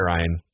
Ryan